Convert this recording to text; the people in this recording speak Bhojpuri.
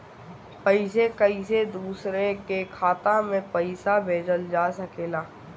कईसे कईसे दूसरे के खाता में पईसा भेजल जा सकेला?